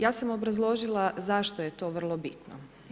Ja sam obrazložila zašto je to vrlo bitno.